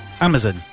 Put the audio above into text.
Amazon